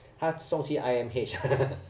他送去 I_M_H